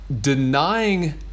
Denying